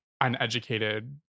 uneducated